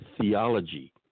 theology